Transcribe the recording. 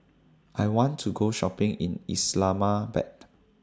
I want to Go Shopping in Islamabad